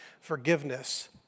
forgiveness